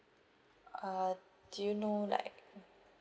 uh do you know like